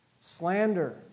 slander